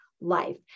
life